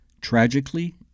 Tragically